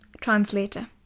Translator